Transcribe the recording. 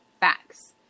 facts